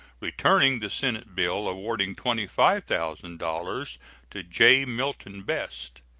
returning the senate bill awarding twenty five thousand dollars to j. milton best.